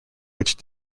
which